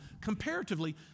comparatively